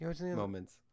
moments